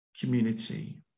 community